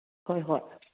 ꯍꯣꯏ ꯍꯣꯏ